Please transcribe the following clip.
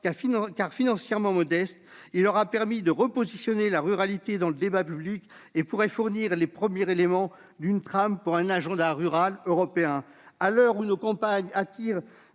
que nous traversons, il aura permis de repositionner la ruralité dans le débat public. À ce titre, il pourrait fournir les premiers éléments d'une trame pour un agenda rural européen. À l'heure où les campagnes attirent